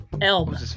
Elm